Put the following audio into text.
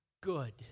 good